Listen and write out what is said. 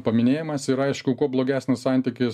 paminėjimas ir aišku kuo blogesnis santykis